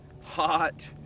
hot